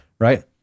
right